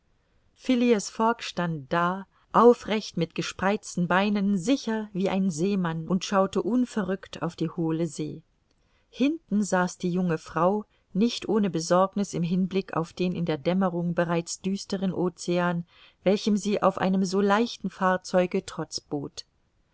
fogg stand da aufrecht mit gespreizten beinen sicher wie ein seemann und schaute unverrückt auf die hohle see hinten saß die junge frau nicht ohne besorgniß im hinblick auf den in der dämmerung bereits düstern ocean welchem sie auf einem so leichten fahrzeuge